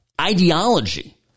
Ideology